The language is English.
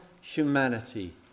humanity